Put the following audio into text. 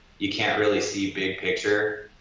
you can't really see big picture.